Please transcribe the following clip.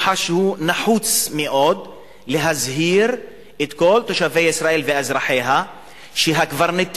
הוא חש שנחוץ מאוד להזהיר את כל תושבי ישראל ואזרחיה שהקברניטים,